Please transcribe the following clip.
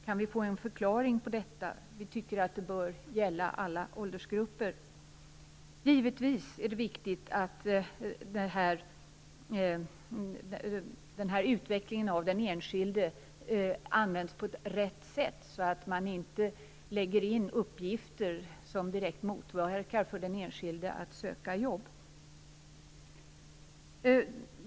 Kan vi få en förklaring på detta? Vi tycker att det bör gälla alla åldersgrupper. Givetvis är det viktigt att utvecklingen av den enskilde används på rätt sätt, så att man inte lägger in uppgifter som direkt motverkar den enskildes sökande efter jobb.